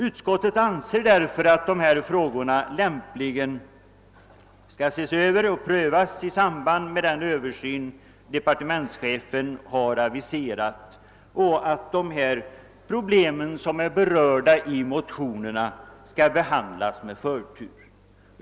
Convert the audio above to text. Utskottet anser därför att dessa frågor lämpligen bör omprövas i samband med den översyn departementschefen har aviserat och att de problem som är berörda i motionen skall behandlas med förtur.